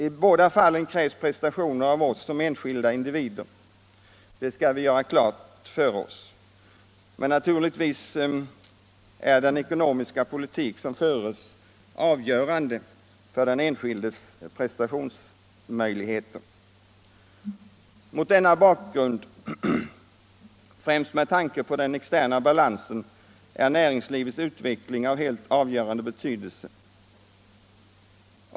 I båda fallen krävs prestationer av oss som enskilda individer, det skall vi göra klart för oss. Men naturligtvis är den ekonomiska politik som förs avgörande för den enskildes prestationsmöjligheter. Mot denna bakgrund, främst med tanke på den externa balansen, är näringslivets utveckling av helt avgörande betydelse.